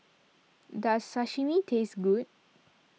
does Sashimi taste good